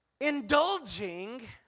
indulging